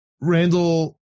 Randall